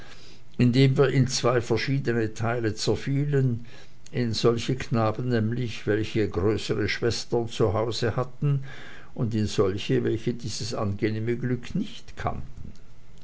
indem wir in zwei verschiedene teile zerfielen in solche knaben nämlich welche größere schwestern zu hause hatten und in solche welche dieses angenehme glück nicht kannten